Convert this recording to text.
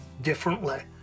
differently